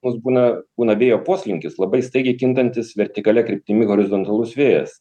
mus būna būna vėjo poslinkis labai staigiai kintantis vertikalia kryptimi horizontalus vėjas